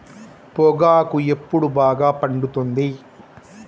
పొగాకు ఎప్పుడు బాగా పండుతుంది?